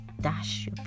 dash